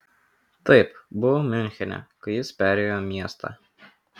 taip buvau miunchene kai jis perėjo miestą